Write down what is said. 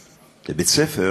לבית-ספר,